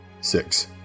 Six